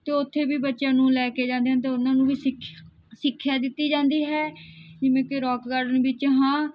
ਅਤੇ ਉੱਥੇ ਵੀ ਬੱਚਿਆਂ ਨੂੰ ਲੈ ਕੇ ਜਾਂਦੇ ਹਨ ਅਤੇ ਉਹਨਾਂ ਨੂੰ ਵੀ ਸਿੱਖ ਸਿੱਖਿਆ ਦਿੱਤੀ ਜਾਂਦੀ ਹੈ ਜਿਵੇਂ ਕਿ ਰਾਕ ਗਾਰਡਨ ਵਿਚ ਹਾਂ